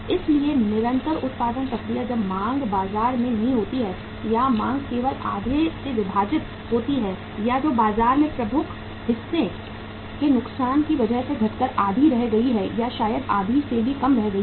इसलिए निरंतर उत्पादन प्रक्रिया जब मांग बाजार में नहीं होती है या मांग केवल आधे से विभाजित होती है या जो बाजार के प्रमुख हिस्से के नुकसान की वजह से घटकर आधी रह गई है या शायद आधी से भी कम रह गई है